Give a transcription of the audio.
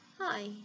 Hi